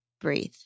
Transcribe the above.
Breathe